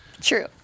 True